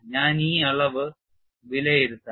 ഞാൻ ഈ അളവ് വിലയിരുത്തണം